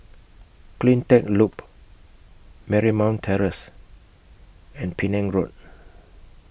CleanTech Loop Marymount Terrace and Penang Road